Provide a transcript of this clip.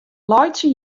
laitsje